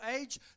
age